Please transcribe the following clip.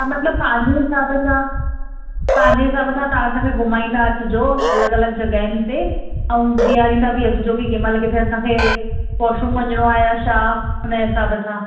हा मतिलबु तव्हां जी हिसाब सां पंहिंजे हिसाब सां तव्हां असांखे घुमाईंदा अचिजो अलॻि अलॻि जॻहि ते ऐं बिहारींदा बि अचिजो की कंहिंमहिल किथे असांखे वॉशरूम वञिणो आहे या छा हुन हिसाब सां